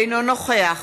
אינו נוכח